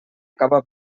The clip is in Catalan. acabar